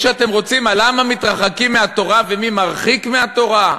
שאתם רוצים על למה מתרחקים מהתורה ומי מרחיק מהתורה?